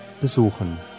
besuchen